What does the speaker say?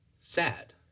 sad